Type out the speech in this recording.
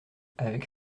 avec